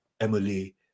emily